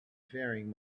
faring